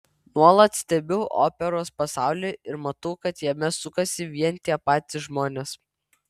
nuolat stebiu operos pasaulį ir matau kad jame sukasi vien tie patys žmonės